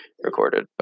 recorded